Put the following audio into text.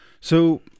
So-